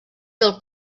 del